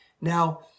Now